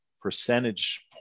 percentage